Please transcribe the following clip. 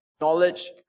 knowledge